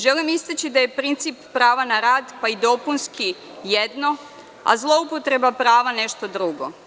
Želim istaći da je princip prava na rad, pa i dopunski jedno, a zloupotreba prava nešto drugo.